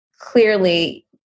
clearly